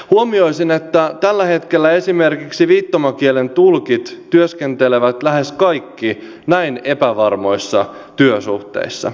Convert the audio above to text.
huomioisin että tällä hetkellä esimerkiksi viittomakielen tulkit työskentelevät lähes kaikki näin epävarmoissa työsuhteissa